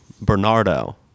Bernardo